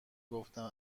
گفتم